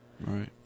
Right